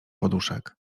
poduszek